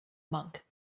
monk